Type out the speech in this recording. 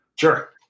sure